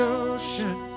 ocean